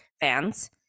fans